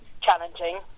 challenging